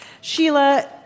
Sheila